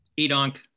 Edonk